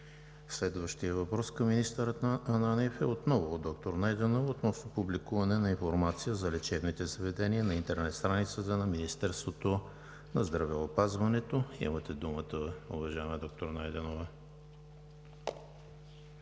Следващият въпрос към министър Ананиев е отново от доктор Найденова – относно публикуване на информация за лечебните заведения на интернет страницата на Министерството на здравеопазването. Имате думата, уважаема доктор Найденова.